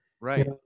right